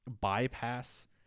bypass